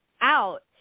out